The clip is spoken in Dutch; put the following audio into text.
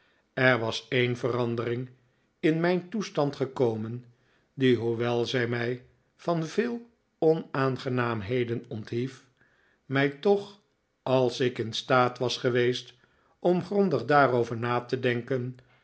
er was een verandering in mijn toestand gekomen die hoewel zij mij van veel onaangenaamheden onthief mij toch als ik in staat was geweest om grondig daarover na te denken